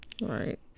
Right